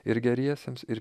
ir geriesiems ir